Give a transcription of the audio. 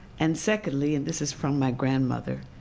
and secondly, and this is from my grandmother,